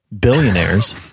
billionaires